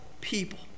people